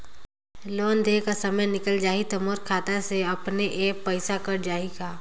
Loan देहे कर समय निकल जाही तो मोर खाता से अपने एप्प पइसा कट जाही का?